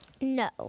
No